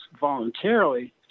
voluntarily